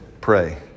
pray